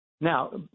Now